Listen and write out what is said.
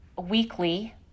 weekly